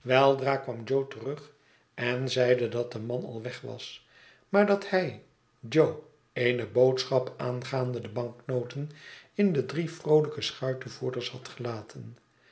weldra kwam jo terug en zeide dat de man al weg was maar dat hij jo eene boodschap aangaande de banknoten in de brie vroolijke schuitenvoerdeis had gelaten